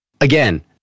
again